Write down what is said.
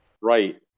Right